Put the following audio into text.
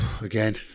Again